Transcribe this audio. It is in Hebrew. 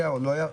היה או לא היה.